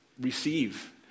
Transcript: receive